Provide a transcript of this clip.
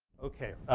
ok,